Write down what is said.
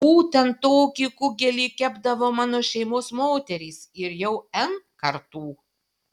būtent tokį kugelį kepdavo mano šeimos moterys ir jau n kartų